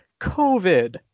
COVID